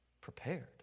Prepared